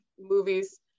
movies